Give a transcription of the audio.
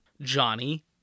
Johnny